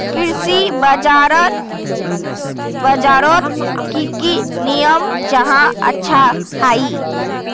कृषि बाजार बजारोत की की नियम जाहा अच्छा हाई?